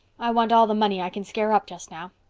i want all the money i can scare up just now.